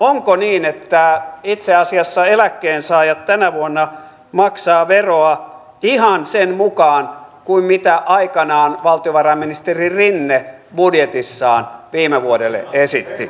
onko niin että itse asiassa eläkkeensaajat tänä vuonna maksavat veroa ihan sen mukaan kuin aikanaan valtiovarainministeri rinne budjetissaan viime vuodelle esitti